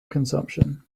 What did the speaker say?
consumption